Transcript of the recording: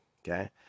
okay